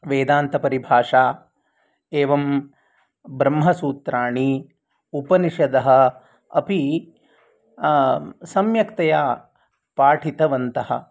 वेदान्तपरिभाषा एवं ब्रह्मसूत्राणि उपनिषदः अपि सम्यक्तया पाठितवन्तः